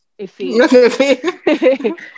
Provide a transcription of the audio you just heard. Efe